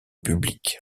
public